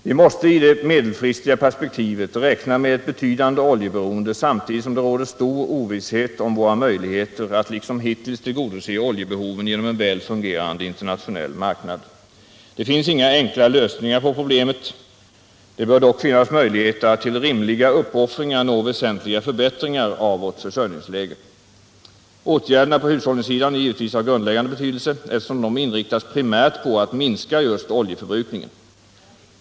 Vi måste i det medelfristiga perspektivet räkna med ett betydande oljeberoende, samtidigt som det råder stor ovisshet om våra möjligheter att liksom hittills tillgodose oljebehoven genom en väl fungerande internationell marknad. Det finns inga enkla lösningar på problemet. Det bör dock finnas möjligheter att till rimliga uppoffringar nå väsentliga förbättringar av vårt försörjningsläge. Åtgärderna på hushållningssidan är givetvis av grundläggande betydelse, eftersom de inriktas primärt på att minska just oljeförbrukningen.